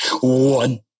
One